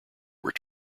were